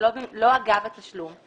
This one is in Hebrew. לא אגב התשלום,